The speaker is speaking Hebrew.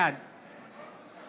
בעד